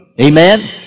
Amen